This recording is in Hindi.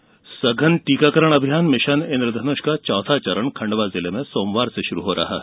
मिशन इन्द्रधनुष सघन टीकाकरण अभियान मिशन इन्द्रधनुष का चौथा चरण खंडवा जिले में सोमवार से शुरू हो रहा है